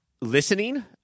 listening